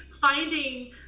finding